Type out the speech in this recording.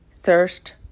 thirst